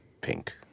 pink